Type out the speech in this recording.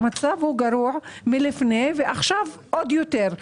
המצב הוא גרוע לפני כן ועכשיו עוד יותר.